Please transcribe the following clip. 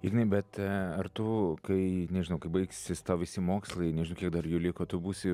ignai bet ar tu kai nežinau kaip baigsis tau visi mokslai nežinau kiek dar jų liko tu būsi